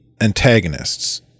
antagonists